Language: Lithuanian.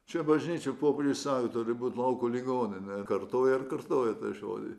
čia bažnyčia popiežius sako turi būti lauko ligoninė kartoja ir kartoja tą žodį